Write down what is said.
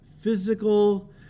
physical